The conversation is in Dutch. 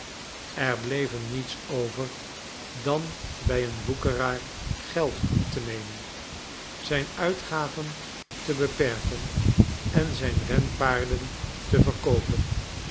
er bleef hem niets over dan bij een woekeraar geld op te nemen zijn uitgaven te beperken en zijn renpaarden te verkoopen